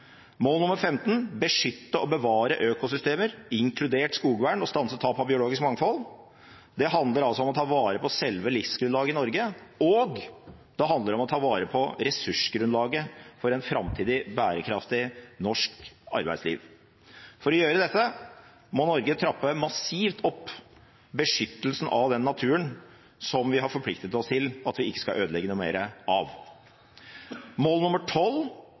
15, beskytte og bevare økosystemer, inkludert skogvern, og stanse tap av biologisk mangfold, handler om å ta vare på selve livsgrunnlaget i Norge, og det handler om å ta vare på ressursgrunnlaget for et framtidig bærekraftig norsk arbeidsliv. For å gjøre dette må Norge trappe massivt opp beskyttelsen av den naturen som vi har forpliktet oss til at vi ikke skal ødelegge noe mer av.